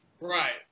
Right